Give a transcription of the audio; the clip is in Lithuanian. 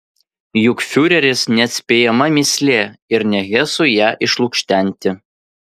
juk fiureris neatspėjama mįslė ir ne hesui ją išlukštenti